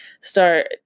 start